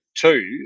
two